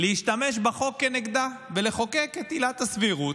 להשתמש בחוק כנגדה ולחוקק את עילת הסבירות.